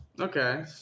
okay